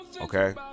Okay